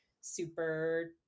super